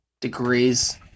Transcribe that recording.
degrees